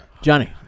Johnny